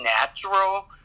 natural